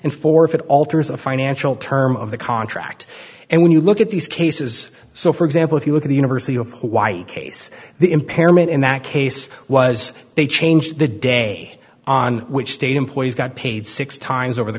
and for if it alters a financial term of the contract and when you look at these cases so for example if you look at the university of hawaii case the impairment in that case was they changed the day on which state employees got paid six times over the